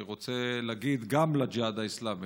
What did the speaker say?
אני רוצה להגיד גם לג'יהאד האסלאמי,